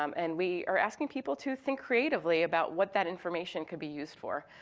um and we are asking people to think creatively about what that information could be used for.